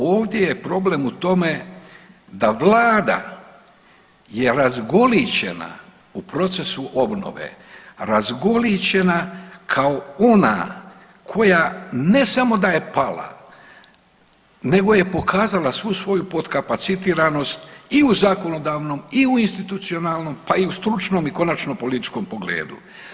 Ovdje je problem u tome da Vlada je razgolićena u procesu obnove, razgolićena kao ona koja ne samo da je pala, nego je pokazala svu svoju potkapacitiranost i u zakonodavnom, i u institucionalnom, pa i u stručnom i konačno političkom pogledu.